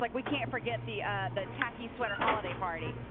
like we can't forget the the tacky sweater holiday party.